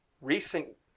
recent